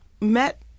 met